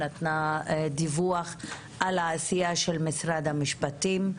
נתנה דיווח על העשייה של משרד המשפטים.